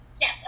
Yes